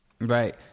Right